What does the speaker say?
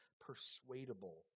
persuadable